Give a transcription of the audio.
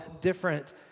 different